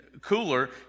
cooler